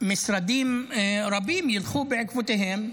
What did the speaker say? שמשרדים רבים ילכו בעקבותיהם,